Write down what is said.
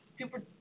Super